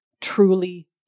truly